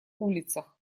улицах